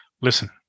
Listen